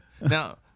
Now